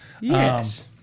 Yes